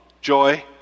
joy